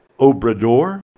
Obrador